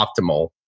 optimal